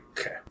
Okay